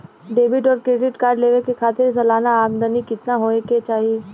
Debit और credit card लेवे के खातिर सलाना आमदनी कितना हो ये के चाही?